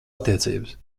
attiecības